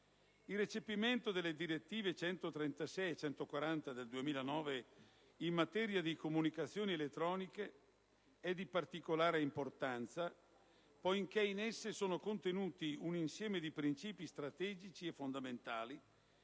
Il recepimento delle direttive n. 136 e n. 140 del 2009, in materia di comunicazioni elettroniche, è di particolare importanza poiché in esse sono contenuti un insieme di principi strategici e fondamentali